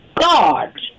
God